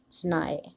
tonight